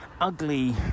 ugly